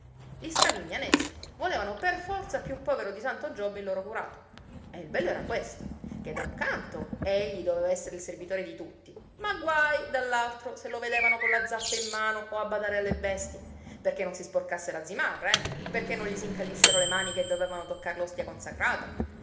a stravignano gli stravignanesi volevano per forza piú povero di santo giobbe il loro curato e il bello era questo che da un canto egli doveva essere il servitore di tutti ma guaj dall'altro se lo vedevano con la zappa in mano o badare alle bestie perché non si sporcasse la zimarra eh perché non gli s'incallissero le mani che dovevano toccar l'ostia consacrata